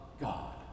God